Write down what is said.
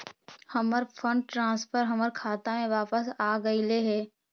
हमर fund transfer हमर खाता में वापस आगईल हे